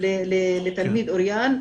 לתלמיד אוריין,.